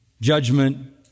judgment